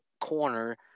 corner